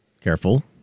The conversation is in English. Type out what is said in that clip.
Careful